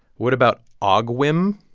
what about ah ogwimb,